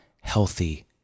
healthy